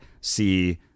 see